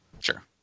sure